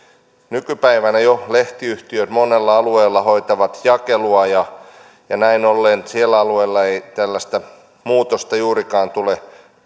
nykypäivänä lehtiyhtiöt monella alueella hoitavat jakelua ja näin ollen niillä alueilla ei tällaista muutosta juurikaan tule